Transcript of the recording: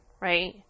right